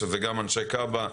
שכולל אנשי כב"ה,